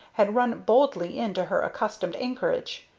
had run boldly in to her accustomed anchorage.